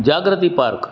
Jagriti park